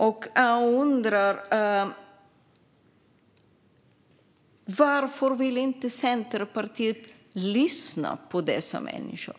Jag undrar varför Centerpartiet inte vill lyssna på dessa människor.